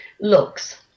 looks